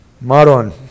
Maron